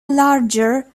larger